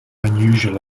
unusual